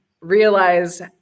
realize